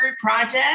project